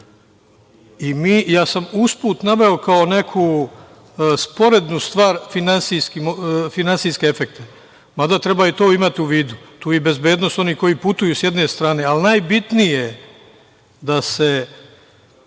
redu. Ja sam usput naveo kao neku sporednu stvar finansijske efekte, mada treba i to imati u vidu, tu je i bezbednost onih koji putuju s jedne strane, ali najbitnije je da se